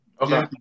Okay